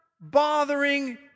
bothering